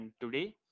today